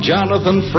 Jonathan